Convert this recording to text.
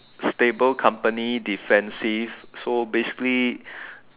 stable company defensive so basically